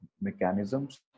mechanisms